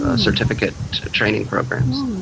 ah certificate training programs.